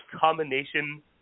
combination